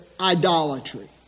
idolatry